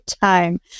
time